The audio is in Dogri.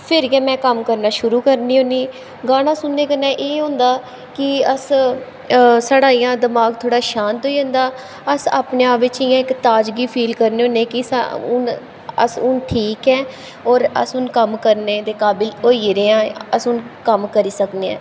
फिर गै में कम्म करना शुरु करनी होन्नी गाना सुनने कन्ने एह् होंदा कि अस साढ़ा इ'यां दमाग थोह्ड़ा शांत होई जंदा अस अपने आप च इ'यां इक ताजगी फील करने होन्ने कि अस हून ठीक ऐं और अस हून कम्म करने दे काबिल होई गेदे आं अस हून कम्म करी सकने आं